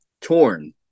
torn